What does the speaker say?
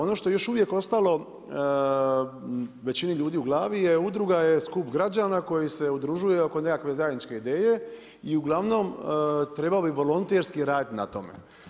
Ono što je još uvijek ostalo većini ljudi u glavi je udruga je skup građana koji se udružuje oko nekakve zajedničke ideje i uglavnom trebao bi volonterski raditi na tome.